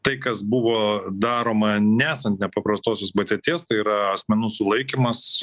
tai kas buvo daroma nesant nepaprastosios padėties tai yra asmenų sulaikymas